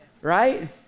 Right